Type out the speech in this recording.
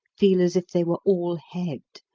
feel as if they were all head,